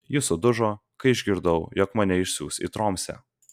ji sudužo kai išgirdau jog mane išsiųs į tromsę